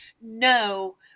No